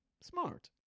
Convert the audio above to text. Smart